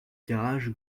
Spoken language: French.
garage